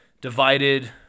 divided